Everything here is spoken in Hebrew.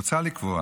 מוצע לקבוע